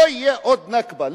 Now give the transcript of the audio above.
לא תהיה עוד נכבה.